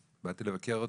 שבאתי לבקר,